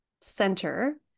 center